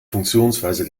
funktionsweise